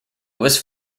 was